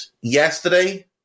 yesterday